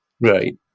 Right